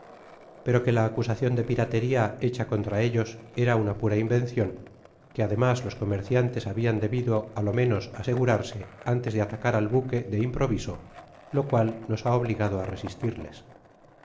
pero que la acusacion de pirateria hecha contra ellos era una pura invencion que además los comerciantes habian debido á lo menos asegurarse antes de atacar al buque de improviso lo cual nos ha obligado á resistirles